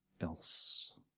else